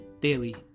Daily